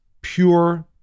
pure